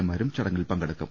എമാരും ചട ങ്ങിൽ പങ്കെടുക്കും